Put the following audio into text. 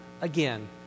again